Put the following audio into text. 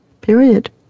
Period